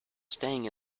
staying